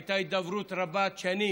הייתה הידברות רבת-שנים